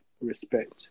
respect